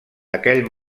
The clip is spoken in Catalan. aquell